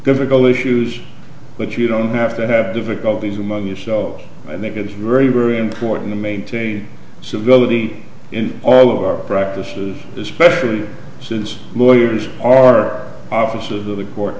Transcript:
difficult issues but you don't have to have difficulties among yourselves i think it is very very important to maintain civility in all of our practices especially since lawyers are office of the court